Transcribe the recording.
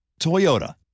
Toyota